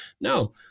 No